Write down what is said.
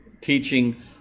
teaching